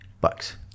bucks